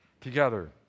Together